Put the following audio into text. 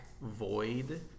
void